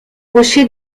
rochers